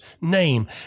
name